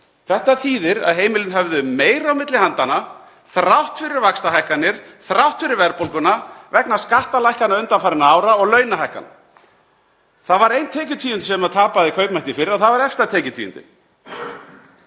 Þetta þýðir að heimilin höfðu meira á milli handanna, þrátt fyrir vaxtahækkanir, þrátt fyrir verðbólguna, vegna skattalækkana undanfarinna ára og launahækkana. Það var ein tekjutíund sem tapaði kaupmætti í fyrra og það var efsta tekjutíundin.